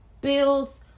builds